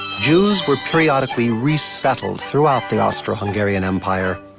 jews were periodically resettled throughout the austro-hungarian empire.